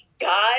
God